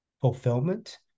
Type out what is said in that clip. fulfillment